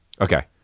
Okay